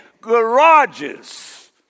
garages